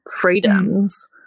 freedoms